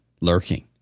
lurking